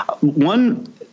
One